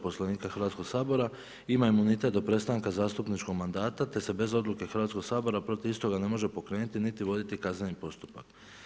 Poslovnika Hrvatskoga sabora ima imunitet do prestanka zastupničkog mandata te bez odluke Hrvatskoga sabora protiv istoga ne može pokrenuti niti voditi kazneni postupak.